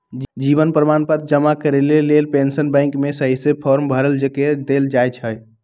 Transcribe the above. जीवन प्रमाण पत्र जमा करेके लेल पेंशन बैंक में सहिसे भरल फॉर्म जमा कऽ देल जाइ छइ